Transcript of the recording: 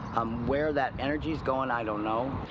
where that energy's going, i don't know.